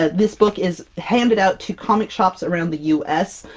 ah this book is handed out to comic shops around the u s.